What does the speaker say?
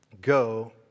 go